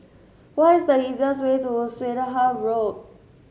what is the easiest way to Swettenham Road